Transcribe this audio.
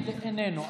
איננו.